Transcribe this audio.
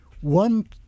one